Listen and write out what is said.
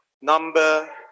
number